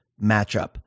matchup